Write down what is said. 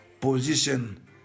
position